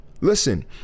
Listen